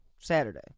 Saturday